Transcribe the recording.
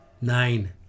nine